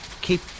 keep